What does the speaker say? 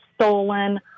stolen